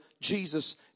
Jesus